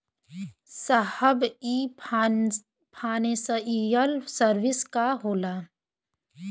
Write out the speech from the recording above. साहब इ financial service का होला?